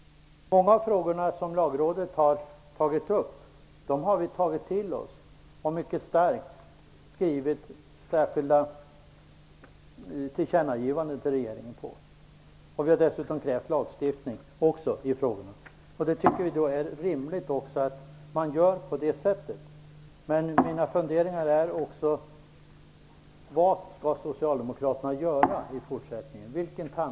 Många av de frågor som Lagrådet har tagit upp har vi tagit till oss, och vi har skrivit mycket starka tillkännagivanden om detta till regeringen. Vi har dessutom krävt lagstiftning. Det är rimligt att göra på det sättet. Mina funderingar är också vad Socialdemokraterna vill göra i fortsättningen.